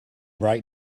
bright